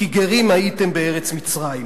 כי גרים הייתם בארץ מצרים.